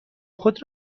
خود